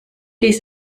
dies